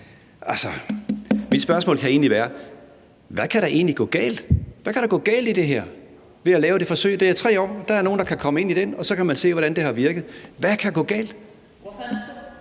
Mit spørgsmål kan egentlig være: Hvad kan der gå galt i det her ved at lave det forsøg? Det er 3 år, og der er nogle, der kan komme ind i det, og så kan man se, hvordan det har virket. Hvad kan gå galt?